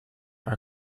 are